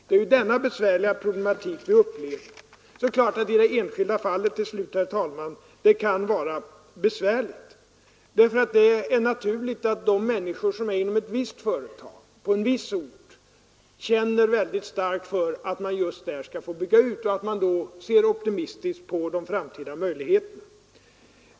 Det är denna svåra problematik vi har upplevt. Det är klart, herr talman, att det i det enskilda fallet kan vara besvärligt. Det är naturligt att de människor som arbetar inom ett visst företag på en viss ort känner väldigt starkt för att man just där ber att få bygga ut och att man då också ser optimistiskt på de framtida möjligheterna.